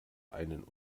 einen